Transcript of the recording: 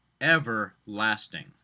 everlasting